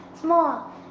small